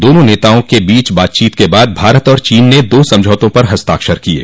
दोनों नेताओं के बीच बातचीत के बाद भारत और चीन ने दो समझौतों पर हस्ताक्षर किये